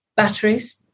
Batteries